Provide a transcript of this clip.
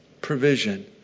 provision